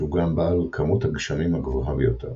שהוא גם בעל כמות הגשמים הגבוהה ביותר.